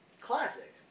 classic